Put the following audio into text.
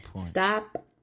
Stop